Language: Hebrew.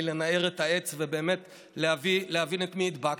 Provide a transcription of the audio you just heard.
לנער את העץ ובאמת להבין את מי הדבקת.